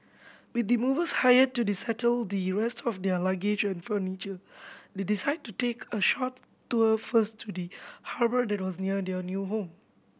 with the movers hired to the settle the rest of their luggage and furniture they decided to take a short tour first to the harbour that was near their new home